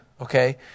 okay